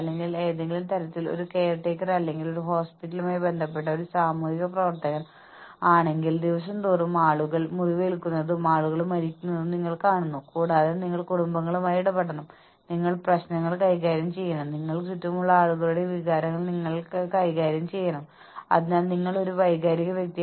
performance സിസ്റ്റങ്ങൾക്കായി പണം നൽകുക പെർഫോമൻസ് സിസ്റ്റങ്ങൾക്കുള്ള പേയ്മെന്റ് ഞങ്ങൾ രൂപകൽപ്പന ചെയ്യുമ്പോൾ ഞങ്ങൾ ചില അനുമാനങ്ങൾ ഉണ്ടാക്കുന്നു വ്യക്തിഗത ജീവനക്കാരും വർക്ക് ടീമുകളും അവർ ചെയ്യുന്ന കാര്യങ്ങളിൽ മാത്രമല്ല അത് എത്ര നന്നായി ചെയ്യുന്നു എന്നതിലും അവർ സ്ഥാപനത്തിന് എത്രത്തോളം സംഭാവന ചെയ്യുന്നു എന്നതിലും വ്യത്യാസമുണ്ട്